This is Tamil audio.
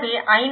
எனவே ஐ